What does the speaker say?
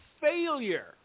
failure